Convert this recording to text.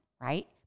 right